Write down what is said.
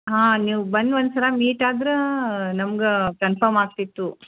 ಹಾಂ ನೀವು ಬಂದು ಒಂದ್ಸಲ ಮೀಟ್ ಆದ್ರೆ ನಮ್ಗೆ ಕನ್ಫರ್ಮ್ ಆಗ್ತಿತ್ತು